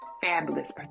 fabulous